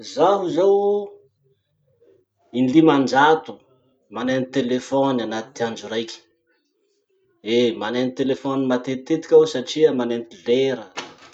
Zaho zao indimanjato manenty telefony anaty andro raiky. Eh! manenty telefony matetitetiky aho satria manenty lera.